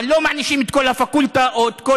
אבל לא מענישים את כל הפקולטה או את כל